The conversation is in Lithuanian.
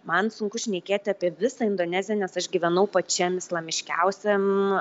man sunku šnekėti apie visą indoneziją nes aš gyvenau pačiam islamiškiausiam